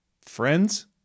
Friends